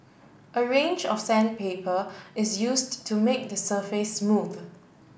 a range of sandpaper is used to make the surface smooth